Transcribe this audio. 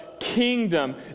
kingdom